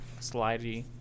slidey